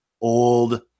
old